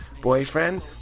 boyfriend